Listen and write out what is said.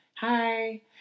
Hi